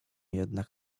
jednak